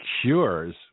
cures